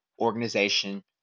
organization